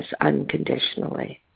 unconditionally